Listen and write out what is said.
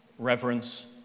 Reverence